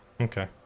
Okay